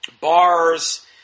bars